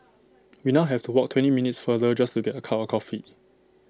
we now have to walk twenty minutes farther just to get A cup of coffee